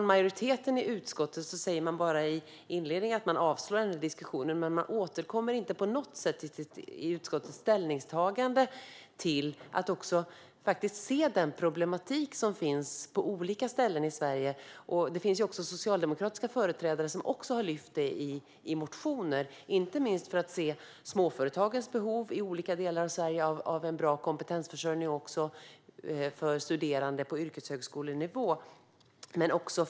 Majoriteten i utskottet säger i inledningen bara att man föreslår avslag på motionerna. Men i utskottets ställningstagande återkommer man inte på något sätt till den problematik som finns på olika ställen i Sverige. Också socialdemokratiska företrädare har lyft upp det i motioner, inte minst småföretagens behov av bra kompetensförsörjning och studerande på yrkeshögskolenivå i olika delar av Sverige.